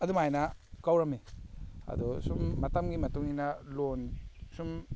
ꯑꯗꯨꯃꯥꯏꯅ ꯀꯧꯔꯝꯃꯤ ꯑꯗꯣ ꯁꯨꯝ ꯃꯇꯝꯒꯤ ꯃꯇꯨꯡ ꯏꯟꯅ ꯂꯣꯟ ꯁꯨꯝ